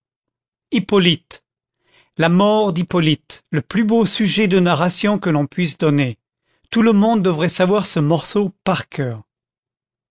hippolyte la mort d'hippolyte le plus beau sujet de narration que l'on puisse donner tout le monde devrait savoir ce morceau par coeur